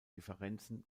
differenzen